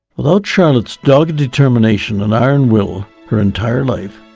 without charlotte's dog determination and iron will her entire life,